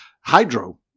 hydro